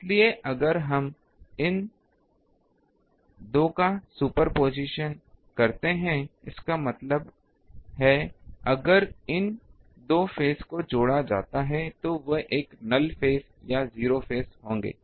इसलिए अगर हम इन 2 का सुपरपोज़ करते हैं इसका मतलब है अगर इन 2 फेस को जोड़ा जाता है तो वे एक नल फेज या 0 फेज होंगे